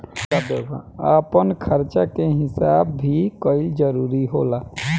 आपन खर्चा के हिसाब भी कईल जरूरी होला